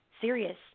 serious